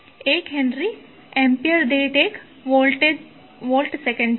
1 henry ampere દીઠ 1 volt second છે